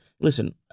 listen